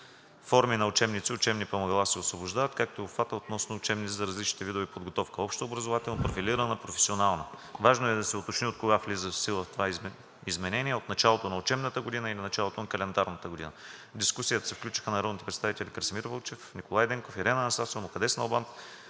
форми на учебници и учебни помагала се освобождават, както и обхватът относно учебниците за различните видове подготовка – общообразователна, профилирана, професионална и така нататък. Важно е да се уточни откога влиза в сила това изменение – от началото на учебната година или от началото на календарната година. В дискусията се включиха народните представители Красимир Вълчев, Николай Денков, Ирена Анастасова, Мукаддес Налбант,